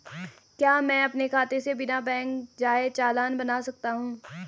क्या मैं अपने खाते से बिना बैंक जाए चालान बना सकता हूँ?